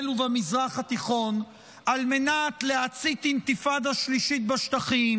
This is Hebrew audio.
ובמזרח התיכון על מנת להצית אינתיפאדה שלישית בשטחים,